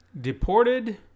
Deported